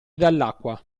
dall’acqua